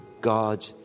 God